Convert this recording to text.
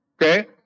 Okay